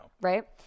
Right